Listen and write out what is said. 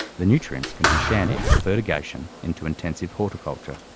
the nutrients can be shandied for fertigation into intensive horticulture.